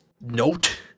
note